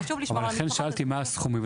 ואם חשוב לשמור על --- לכן שאלתי מהם הסכומים,